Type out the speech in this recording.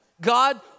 God